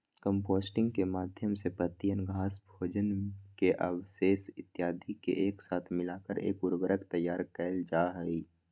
composting के माध्यम से पत्तियन, घास, भोजन के अवशेष इत्यादि के एक साथ मिलाकर एक उर्वरक तैयार कइल जाहई